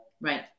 Right